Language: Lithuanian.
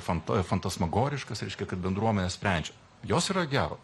fanta fantasmagoriškas reiškia kad bendruomenės sprendžia jos yra geros